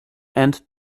and